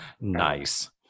nice